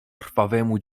krwawemu